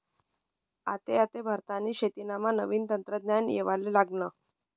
आते आते भारतनी शेतीमा नवीन तंत्रज्ञान येवाले लागनं